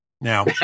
Now